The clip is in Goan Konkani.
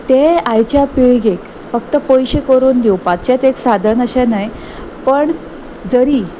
ते आयच्या पिळगेक फक्त पयशे करून घेवपाचेंच एक साधन अशें न्हय पण जरी